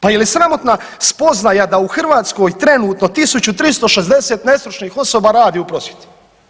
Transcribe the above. Pa je li sramotna spoznaja da u Hrvatskoj trenutno 1.360 nestručnih osoba radi u prosvjeti.